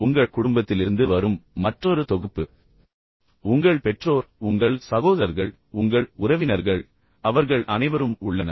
பின்னர் உங்கள் குடும்பத்திலிருந்து வரும் மற்றொரு தொகுப்பு உங்கள் உங்கள் பெற்றோர் உங்கள் சகோதரர்கள் உங்கள் உறவினர்கள் பின்னர் உங்கள் உறவினர்கள் அவர்கள் அனைவரும் உள்ளனர்